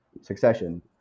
Succession